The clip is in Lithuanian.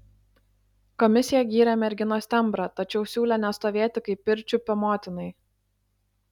komisija gyrė merginos tembrą tačiau siūlė nestovėti kaip pirčiupio motinai